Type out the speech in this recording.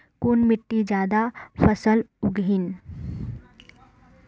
कुन मिट्टी ज्यादा फसल उगहिल?